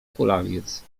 kulawiec